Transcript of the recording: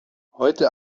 heute